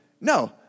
No